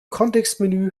kontextmenü